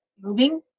moving